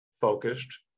focused